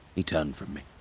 he turned from me.